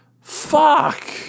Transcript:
Fuck